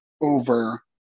over